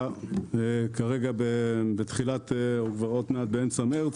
כרגע באמצע מרץ,